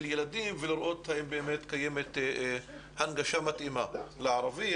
ילדים ולראות האם באמת קיימת הנגשה מתאימה לערבית,